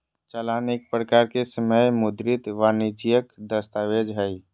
चालान एक प्रकार के समय मुद्रित वाणिजियक दस्तावेज हय